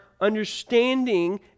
understanding